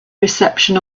reception